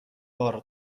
بار